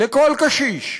לכל קשיש.